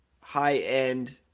high-end